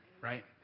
right